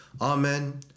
amen